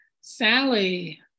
Sally